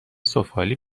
سفالی